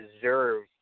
deserve